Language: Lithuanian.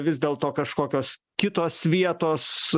vis dėlto kažkokios kitos vietos